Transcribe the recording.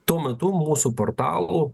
tuo metu mūsų portalų